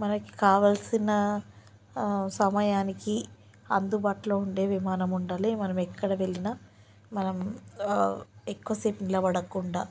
మనకి కావాల్సిన సమయానికి అందుబాటులో ఉండే విమానం ఉండాలి మనము ఎక్కడ వెళ్ళినా మనం ఎక్కువ సేపు నిలబడకుండా